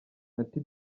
natty